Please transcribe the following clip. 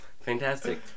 fantastic